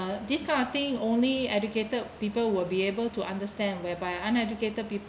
this kind of thing only educated people will be able to understand whereby uneducated people